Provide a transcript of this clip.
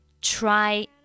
Try